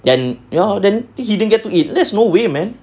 then ya lor then he didn't get to eat that's no way man